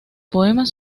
poemas